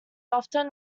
often